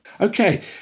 Okay